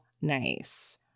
nice